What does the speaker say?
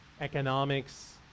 economics